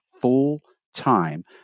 full-time